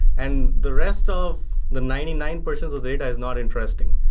and the rest of the ninety nine percent of data is not interesting.